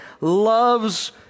loves